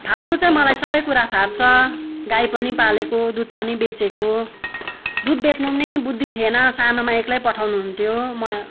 फाप्नु चाहिँ मलाई सबै कुरा फाप्छ गाई पनि पालेको दुध पनि बेचेको दुध बेच्नु नि बुद्धि थिएन सानोमा एक्लै पठाउनु हुन्थ्यो म